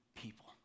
people